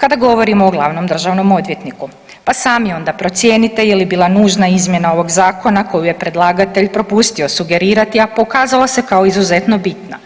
kada govorimo o glavnom državnom odvjetniku pa sami onda procijenite je li bila nužna izmjena ovog Zakona koju je predlagatelj propustio sugerirati, a pokazalo se kao izuzetno bitna.